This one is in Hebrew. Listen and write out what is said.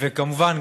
וכמובן,